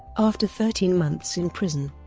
after thirteen months in prison.